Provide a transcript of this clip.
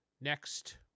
Next